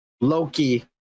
Loki